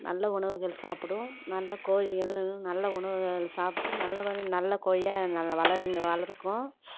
நல்ல உணவுகள் சாப்பிடும் நல்ல கோழிகளும் நல்ல உணவுகளை சாப்பிட்டு நல்லதாக நல்ல கோழியாக வளருங்கள் வளர்க்கும்